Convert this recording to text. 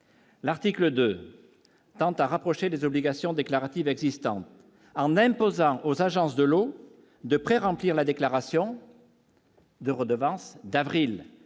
L'article 2 attentats à rapprocher des obligations déclaratives existant en imposant aux agences de l'eau de près remplir la déclaration. De redevances d'avril